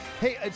Hey